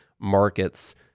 markets